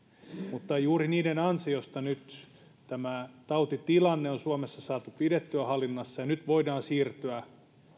mutta juuri niiden ansiosta nyt tämä tautitilanne on suomessa saatu pidettyä hallinnassa ja nyt voidaan siirtyä